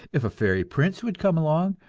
if a fairy prince would come along,